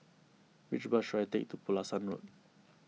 which bus should I take to Pulasan Road